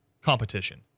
Competition